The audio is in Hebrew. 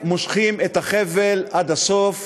ואתם מושכים את החבל עד הסוף,